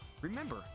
Remember